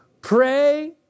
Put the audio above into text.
PRAY